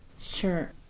Sure